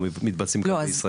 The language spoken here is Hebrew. או מתבצעים כאן בישראל.